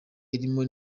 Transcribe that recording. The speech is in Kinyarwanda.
irimo